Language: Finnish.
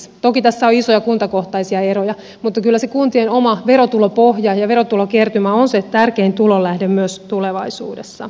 toki tässä on isoja kuntakohtaisia eroja mutta kyllä se kuntien oma verotulopohja ja verotulokertymä on se tärkein tulonlähde myös tulevaisuudessa